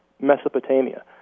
Mesopotamia